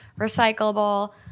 recyclable